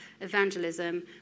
evangelism